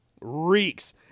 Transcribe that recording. reeks